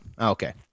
Okay